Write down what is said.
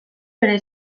bere